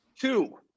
Two